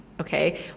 Okay